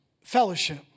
Fellowship